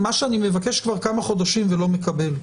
אני מבקש את זה כבר כמה חודשים ולא מקבל.